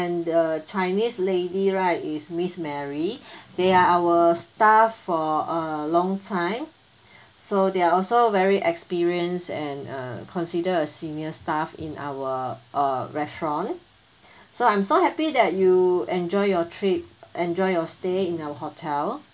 the chinese lady right is miss mary they are our staff for a long time so they are also very experience and uh consider a senior staff in our uh restaurant so I'm so happy that you enjoy your trip enjoy your stay in our hotel